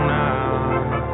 now